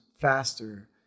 faster